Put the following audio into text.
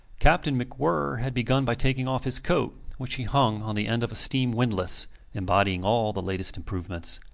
captain macwhirr had begun by taking off his coat, which he hung on the end of a steam windless embodying all the latest improvements.